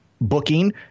booking